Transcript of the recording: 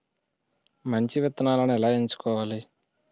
మంచి విత్తనాలను ఎలా ఎంచుకోవాలి?